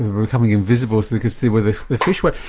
were becoming invisible so they could see where the the fish were.